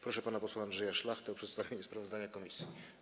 Proszę pana posła Andrzeja Szlachtę o przedstawienie sprawozdania komisji.